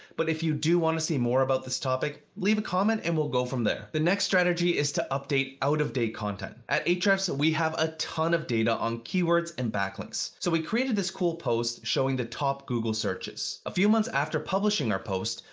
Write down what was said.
but if you do want to see more about this topic, leave a comment and we'll go from there. the next strategy is to update out of date content. at ahrefs, we have a ton of data on keywords and backlinks. so we created this cool post showing the top google searches. a few months after publishing our post,